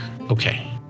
Okay